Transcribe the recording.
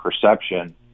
perception